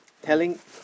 telling